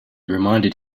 reminded